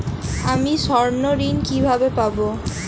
আমি স্বর্ণঋণ কিভাবে পাবো?